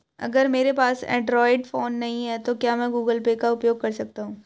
अगर मेरे पास एंड्रॉइड फोन नहीं है तो क्या मैं गूगल पे का उपयोग कर सकता हूं?